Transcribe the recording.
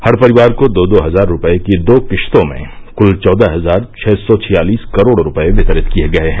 हर परिवार को दो दो हजार रूपये की दो किस्तों में कुल चौदह हजार छह सौ छियालिस करोड़ रूपये वितरित किए गए है